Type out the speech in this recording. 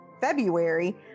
February